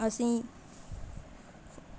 असें ई